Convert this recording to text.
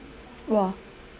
!wah!